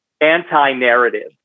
anti-narrative